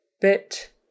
bit